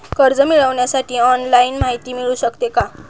कर्ज मिळविण्यासाठी ऑनलाईन माहिती मिळू शकते का?